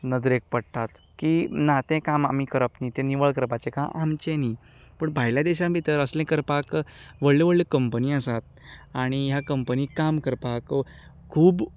नदरेक पडटात की ना तें काम आमी करप नी तें निवळ करपाचें काम आमचें नी पूण भायले देशां भितर असलें करपाक व्हडले व्हडले कंपनी आसात आनी ह्या कंपनींत काम करपाक खूब